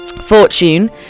fortune